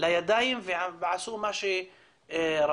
לידיים ועשו מה שרצו.